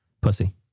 Pussy